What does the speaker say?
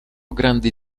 grandi